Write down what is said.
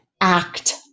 act